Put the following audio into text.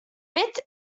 bit